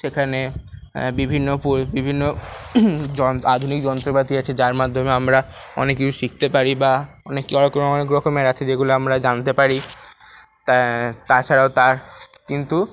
সেখানে বিভিন্ন পোর বিভিন্ন যন আধুনিক যন্ত্রপাতি আছে যার মাধ্যমে আমরা অনেক কিছু শিখতে পারি বা অনেক অনেকরকমের আছে যেগুলো আমরা জানতে পারি তা তাছাড়াও তার কিন্তু